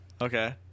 Okay